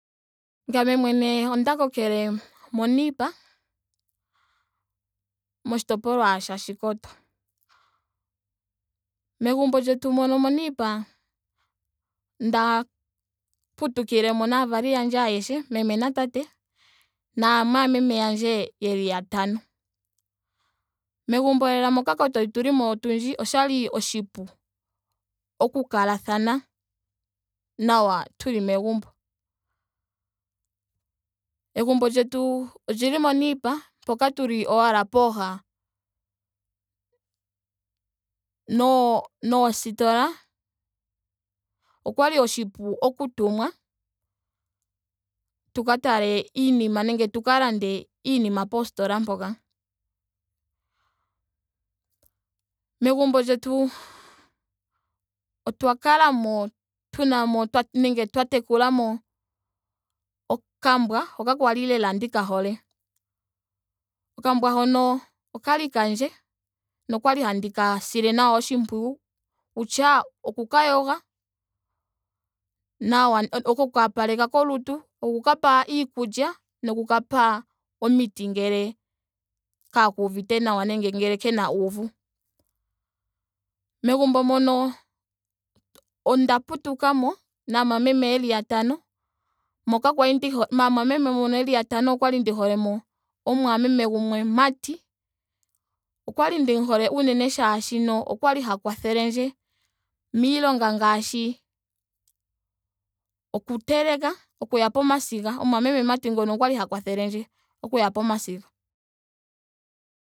Ngame mwene onda kokele moniipa moshitopolwa sha oshikoto. Megumbo lyetu mono moniipa onda putukilemo naavali yandje ayehe meme na tate. naamwameme yandje yeli yatano. Megumbo moka katwali tulimo lela otundji. oshali oshipu oku kalathana nawa tuli megumbo. Egumbo lyetu olli moniipa. mpoka tuli owala pooha no- noostola. Oshali oshipu oku tumwa tu ka tale iinima nenge tu ka lande iinima poostola mpoka. Megumbo lyetu otwa kalamo tunamo nenge twa tekula mo okambwa hoka lela kwali ndika hole. Okambwa hono okali kandje nokwali handi ka sile nawa oshimpwiyu. okutya oku ka yoga nawa. oku ka opaleka kolutu. oku ka pa iikulya noku ka pa omiti ngele kaaku uvite nawa nenge ngele kena uuvu. Megumbo mono onda putukamo naamwameme yeli yatano. moka kwali ndi hole maamwameme mboka yeli yatano okwali ndi hole mo omumwameme gumwe mati. Okwali ndimu hole unene shaashi okwali ha kwathelendje miilonga ngaashi oku teleka. okuya pomasiga. omumwameme mati ngono okwali ha kwathelendje okuya pomasiga.